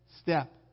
step